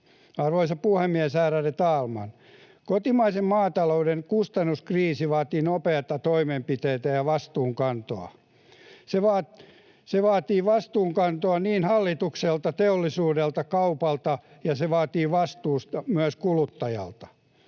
Arvoisa puhemies, ärade talman! Kotimaisen maatalouden kustannuskriisi vaatii nopeita toimenpiteitä ja vastuunkantoa. Se vaatii vastuunkantoa hallitukselta, teollisuudelta, kaupalta, ja se vaatii vastuuta myös kuluttajalta.